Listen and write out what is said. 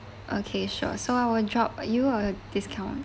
okay sure so I'll drop you a discount